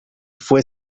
fue